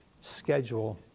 schedule